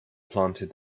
planted